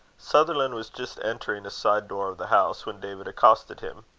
sutherland was just entering a side-door of the house when david accosted him.